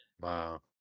Wow